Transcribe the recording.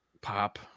Pop